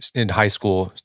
in high school,